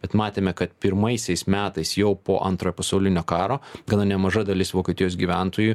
bet matėme kad pirmaisiais metais jau po antrojo pasaulinio karo gana nemaža dalis vokietijos gyventojų